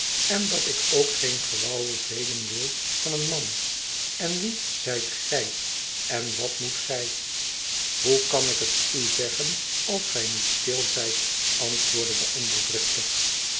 o dat ik ook geen gewauwel velen wil van een man en wie zijt gij en wat moet gij hoe kan ik het u zeggen als gij niet stil zijt antwoordde de ander driftig